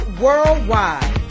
worldwide